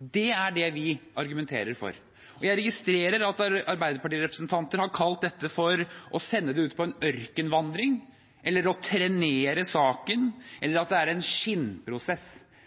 Det er det vi argumenterer for. Jeg registrerer at Arbeiderparti-representanter har kalt dette for å sende det ut på en ørkenvandring eller å trenere saken eller at det er en skinnprosess.